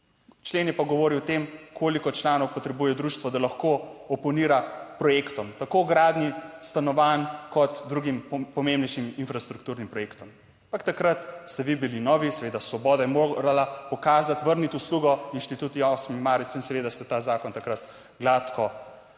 Člen je pa govoril o tem, koliko članov potrebuje društvo, da lahko oponira projektom, tako gradnji stanovanj kot drugim pomembnejšim infrastrukturnim projektom. Ampak takrat ste vi bili novi, seveda, Svoboda je morala pokazati, vrniti uslugo Inštitutu 8. Marec in seveda ste ta zakon takrat gladko podprli.